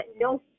No